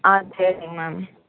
ஆ சரிங்க மேம்